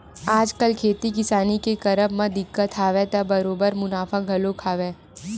आजकल खेती किसानी के करब म दिक्कत हवय त बरोबर मुनाफा घलो हवय